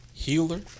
Healer